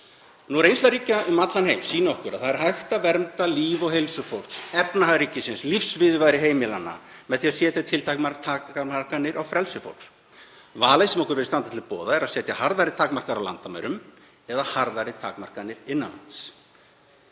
Reynsla ríkja um allan heim sýnir okkur að hægt er að vernda líf og heilsu fólks og efnahag ríkisins, lífsviðurværi heimilanna, með því að setja tilteknar takmarkanir á frelsi fólks. Valið sem okkur virðist standa til boða er að setja harðari takmarkanir á landamærum eða harðari takmarkanir innan lands.